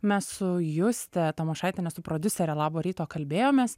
mes su juste tamošaitiene su prodiusere labo ryto kalbėjomės